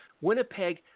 Winnipeg